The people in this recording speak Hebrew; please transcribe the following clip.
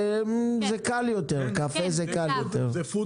זה קל יותר, קפה זה קל יותר.